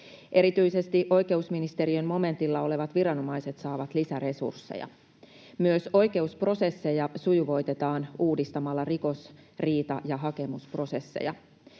Erityisesti oikeusministeriön momentilla olevat viranomaiset saavat lisäresursseja. Myös oi-keusprosesseja sujuvoitetaan uudistamalla rikos-, riita- ja hakemusprosesseja.